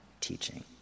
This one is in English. teaching